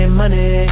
money